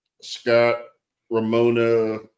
Scott-Ramona